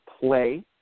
play